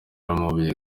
amabuye